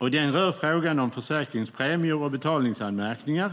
Den rör frågan om försäkringspremier och betalningsanmärkningar.